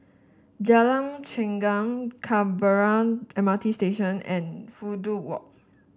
Jalan Chengam Canberra M R T Station and Fudu Walk